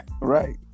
right